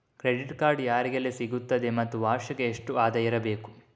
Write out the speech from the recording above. Credit card ಯಾರಿಗೆಲ್ಲ ಸಿಗುತ್ತದೆ ಮತ್ತು ವಾರ್ಷಿಕ ಎಷ್ಟು ಆದಾಯ ಇರಬೇಕು?